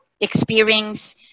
experience